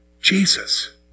Jesus